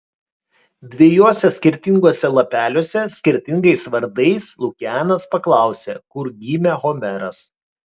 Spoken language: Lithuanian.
dviejuose skirtinguose lapeliuose skirtingais vardais lukianas paklausė kur gimė homeras